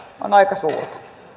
on aika suurta